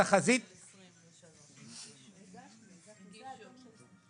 הם הגישו של 23'. זה דוח מעודכן.